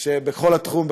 בכל התחום,